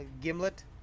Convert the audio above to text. Gimlet